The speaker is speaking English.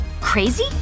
Crazy